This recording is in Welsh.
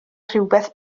rhywbeth